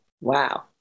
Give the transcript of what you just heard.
Wow